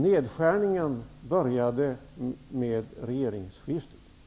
Nedskärningen började med regeringsskiftet.